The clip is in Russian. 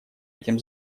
этим